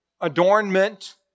adornment